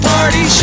Party